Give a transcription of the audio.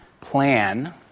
plan